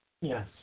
Yes